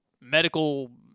medical